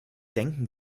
denken